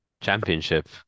championship